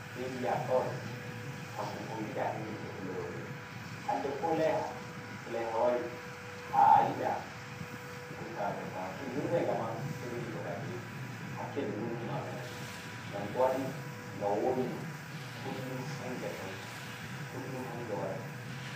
sei kawai kan kon giɗa hendiri e fuloroiɓe hande ko laiha to laiha wari a yiɗa kirsa dabba kirsa dabbawa to ɗum hirsai gama sei dai difoɗa gefe hakke jurunɗum maga nanta ngam ko waɗi ga wowi ma kullum hanga tauta kullum hanga warta